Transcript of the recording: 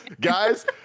guys